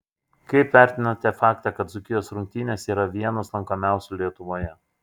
kaip vertinate faktą kad dzūkijos rungtynės yra vienas lankomiausių lietuvoje